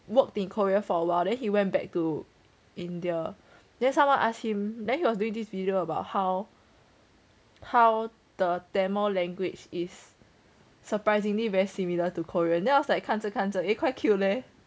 worked in korea for awhile then he went back to India then someone asked him then he was doing this video about how how the tamil language is surprisingly very similar to korean then I was like 看着看着 eh quite cute leh